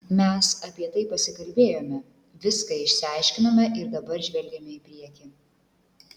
mes apie tai pasikalbėjome viską išsiaiškinome ir dabar žvelgiame į priekį